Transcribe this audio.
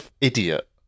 idiot